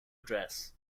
address